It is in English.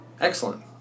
Excellent